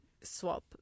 swap